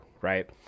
right